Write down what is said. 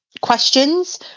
questions